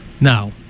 Now